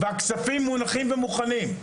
הכספים מונחים ומוכנים.